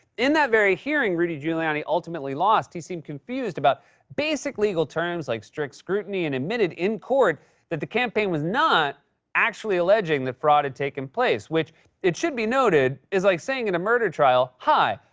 in that very hearing, rudy giuliani ultimately lost. he seemed confused about basic legal terms like strict scrutiny and admitted in court that the campaign was not actually alleging that fraud had taken place, which it should be noted is like saying in a murder trial, hi,